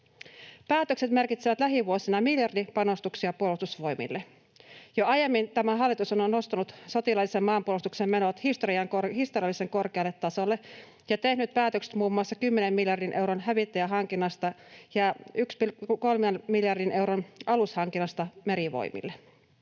Päätökset merkitsevät lähivuosina miljardipanostuksia Puolustusvoimille. Jo aiemmin tämä hallitus on nostanut sotilaallisen maanpuolustuksen menot historiallisen korkealle tasolle ja tehnyt päätökset muun muassa 10 miljardin euron hävittäjähankinnasta ja 1,3 miljardin euron alushankinnasta Merivoimille.